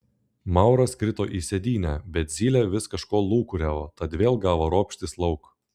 mauras krito į sėdynę bet zylė vis kažko lūkuriavo tad vėl gavo ropštis lauk